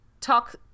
Talk